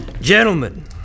Gentlemen